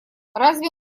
разве